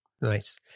Nice